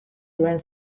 duen